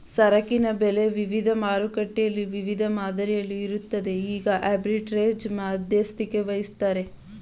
ಸರಕಿನ ಬೆಲೆ ವಿವಿಧ ಮಾರುಕಟ್ಟೆಯಲ್ಲಿ ವಿವಿಧ ಮಾದರಿಯಲ್ಲಿ ಇರುತ್ತದೆ ಈಗ ಆರ್ಬಿಟ್ರೆರೇಜ್ ಮಧ್ಯಸ್ಥಿಕೆವಹಿಸತ್ತರೆ